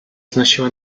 znosiła